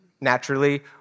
naturally